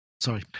sorry